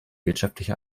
wirtschaftliche